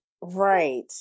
right